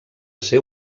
ser